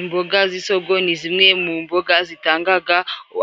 Imboga z'isogo ni zimwe mu mboga zitangaga